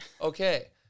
Okay